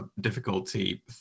difficulty